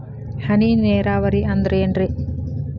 ಹನಿ ನೇರಾವರಿ ಅಂದ್ರೇನ್ರೇ?